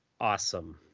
awesome